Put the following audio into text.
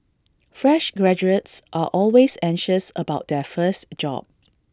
fresh graduates are always anxious about their first job